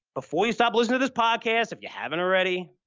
before you stop listening to this podcast, if you haven't already,